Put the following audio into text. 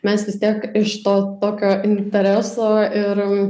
mes vis tiek iš to tokio intereso ir